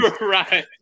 right